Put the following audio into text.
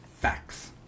facts